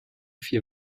vier